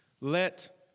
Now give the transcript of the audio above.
Let